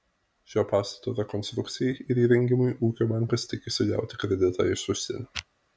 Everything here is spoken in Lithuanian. šio pastato rekonstrukcijai ir įrengimui ūkio bankas tikisi gauti kreditą iš užsienio